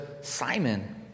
Simon